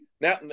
now